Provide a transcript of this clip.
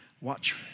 watch